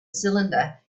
cylinder